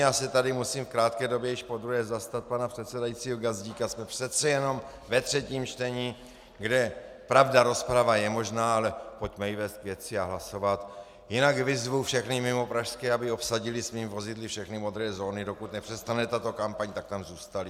Já se tady v krátké době již podruhé musím zastat pana předsedajícího Gazdíka, jsme přece jen ve třetím čtení, kde, pravda, rozprava je možná, ale pojďme ji vést k věci a hlasovat, jinak vyzvu všechny mimopražské, aby obsadili svými vozidly všechny modré zóny, a dokud nepřestane tato kampaň, tak tam zůstali.